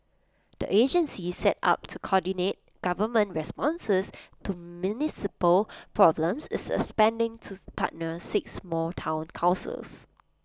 the agency set up to coordinate government responses to municipal problems is expanding to partner six more Town councils